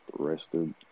arrested